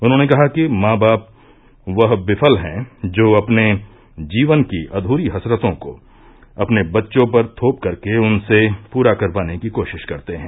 उन्होंने कहा कि वह माँ बाप विफल हैं जो अपने जीवन की अधूरी हसरतों को अपने बच्चों पर थोप कर के उनसे पूरा करवाने की कोषिष करते हैं